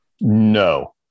No